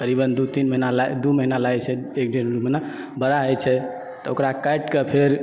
करीबन दू तीन महीना दू महीना लागि जाइत छै एक डेढ़ महीना बड़ा होइत छै तऽ ओकरा काटिके फेर